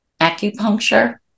acupuncture